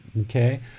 Okay